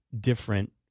different